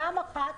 פעם אחת